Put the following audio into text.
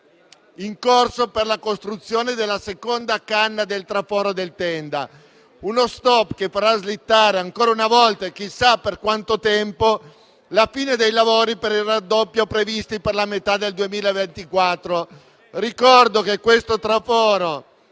in corso per la costruzione della seconda canna del traforo del Tenda: uno stop che farà slittare ancora una volta chissà per quanto tempo, la fine dei lavori per il raddoppio previsti per la metà del 2024. Ricordo che questo traforo